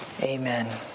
Amen